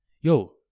Yo